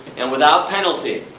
and without penalty.